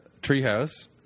Treehouse